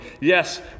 yes